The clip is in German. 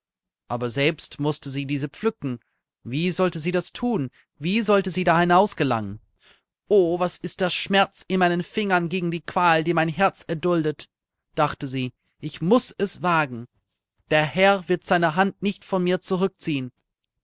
aber selbst mußte sie diese pflücken wie sollte sie das thun wie sollte sie da hinaus gelangen o was ist der schmerz in meinen fingern gegen die qual die mein herz erduldet dachte sie ich muß es wagen der herr wird seine hand nicht von mir zurückziehen